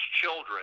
children